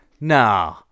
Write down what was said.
Nah